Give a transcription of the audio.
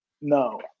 No